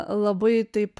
labai taip